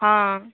हां